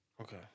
Okay